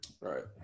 Right